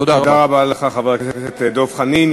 תודה רבה לך, חבר הכנסת דב חנין.